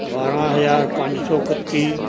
ਬਾਰਾਂ ਹਜ਼ਾਰ ਪੰਜ ਸੌ ਇਕੱਤੀ